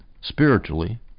spiritually